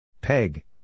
Peg